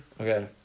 Okay